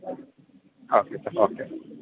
okay sir okay